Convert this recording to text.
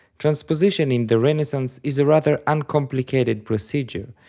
transposition in the renaissance is a rather uncomplicated procedure,